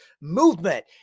movement